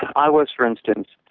i was, for instance,